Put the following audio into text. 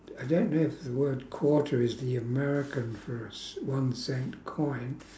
I don't know if the word quarter is the american for a c~ one cent coin